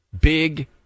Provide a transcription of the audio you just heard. big